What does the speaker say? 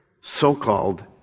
so-called